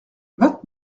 vingt